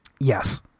Yes